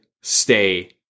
stay